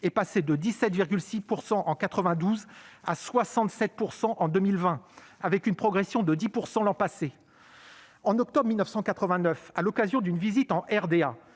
est passé de 17,6 % en 1992 à 67 % en 2020, avec une progression de 10 % l'an passé. En octobre 1989, à l'occasion d'une visite en RDA,